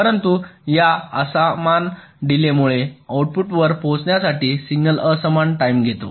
परंतु या असमान डीलेमुळे आउटपुटवर पोहोचण्यासाठी सिग्नल असमान टाईम घेतो